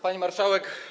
Pani Marszałek!